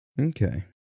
Okay